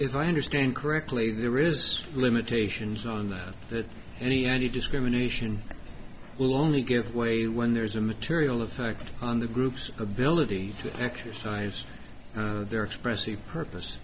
if i understand correctly there is limitations on that that any any discrimination will only give way when there is a material effect on the groups ability to exercise their expressed the purpose